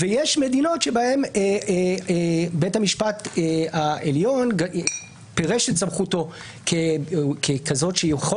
יש מדינות בהן בית המשפט העליון פירש את סמכותו ככזאת שהוא יכול